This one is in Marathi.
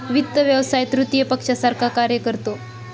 वित्त व्यवसाय तृतीय पक्षासारखा कार्य करतो